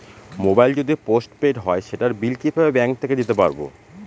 Mobile যদি post paid হয় সেটার বিল কিভাবে ব্যাংক থেকে দিতে পারব?